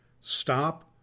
Stop